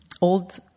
old